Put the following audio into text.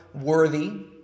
worthy